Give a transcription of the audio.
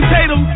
Tatum